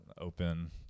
open